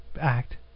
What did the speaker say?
act